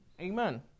Amen